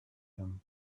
him